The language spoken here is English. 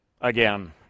again